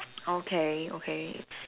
okay okay